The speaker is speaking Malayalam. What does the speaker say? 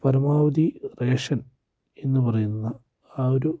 പരമാവധി റേഷൻ എന്നു പറയുന്നത് ആ ഒരു